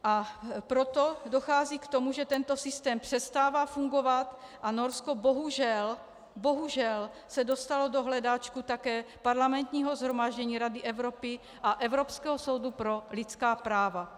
A proto dochází k tomu, že tento systém přestává fungovat, a Norsko bohužel, bohužel, se dostalo do hledáčku také Parlamentního shromáždění Rady Evropy a Evropského soudu pro lidská práva.